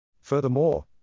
Furthermore